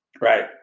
Right